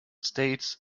states